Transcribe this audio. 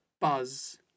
Buzz